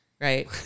right